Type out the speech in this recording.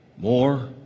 More